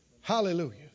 Hallelujah